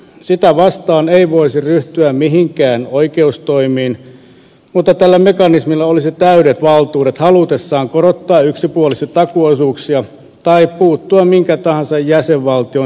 sitä vastaan ei voisi ryhtyä mihinkään oikeustoimiin mutta tällä mekanismilla olisi täydet valtuudet halutessaan korottaa yksipuolisesti takuuosuuksia tai puuttua minkä tahansa jäsenvaltion sisäisiin asioihin